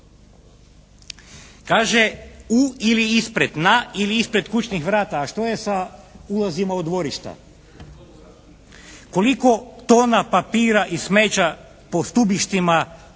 Kaže u ili ispred, na ili ispred kućnih vrata. A što je s ulazima u dvorišta? Koliko tona papira i smeća po stubištima, cestama